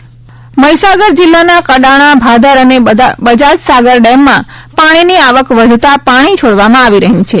Kadana dam Mahisagar જિલ્લાના કડાણા ભાદર અને બજાજ સાગર ડેમમાં પાણીની આવક વધતા પાણી છોડવામાં આવી રહ્યું છે